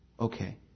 Okay